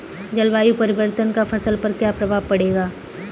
जलवायु परिवर्तन का फसल पर क्या प्रभाव पड़ेगा?